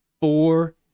four